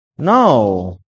No